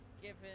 given